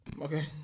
Okay